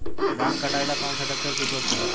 धान के कटाई ला कौन सा ट्रैक्टर के उपयोग करी?